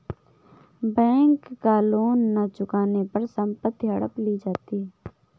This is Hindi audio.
बैंक का लोन न चुकाने पर संपत्ति हड़प ली जाती है